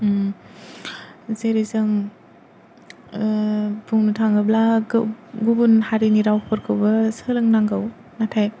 जेरै जों बुंनो थाङोब्ला गुबुन हारिनि रावफोरखौबो सोलोंनांगौ नाथाय